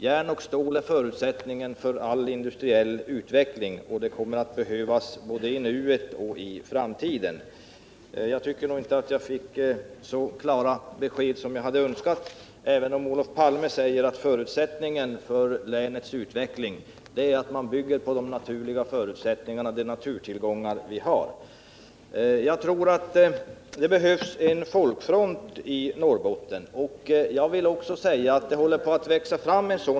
Järn och stål är förutsättningen för all utveckling och kommer att behövas både i nuet och i framtiden. Jag tycker nog inte att jag fick så klara besked som jag hade önskat, även om Olof Palme sade att förutsättningen för länets utveckling är att man bygger på de naturtillgångar vi har. Jag tror att det behövs en folkfront i Norrbotten, och jag vill säga att en sådan också håller på att växa fram.